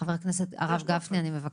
הרב גפני, סליחה, אני מבקשת.